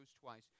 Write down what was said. twice